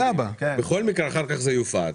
בכל מקרה אחר-כך זה יופץ.